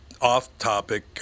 off-topic